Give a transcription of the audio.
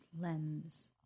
lens